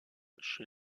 chez